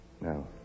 No